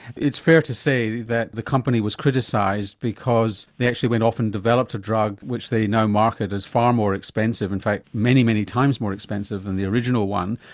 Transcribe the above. it's fair to say that the company was criticised because they actually went off and developed a drug which they now market as far more expensive, in fact many, many times more expensive than the original one,